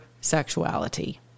sexuality